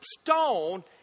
stone